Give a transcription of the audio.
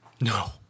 no